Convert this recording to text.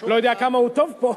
אני לא יודע כמה הוא טוב פה,